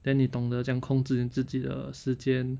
then 你懂得怎样控制自己的时间